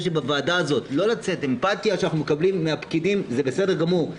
שבוועדה הזאת האמפתיה שאנחנו מקבלים מהפקידים זה בסדר גמור.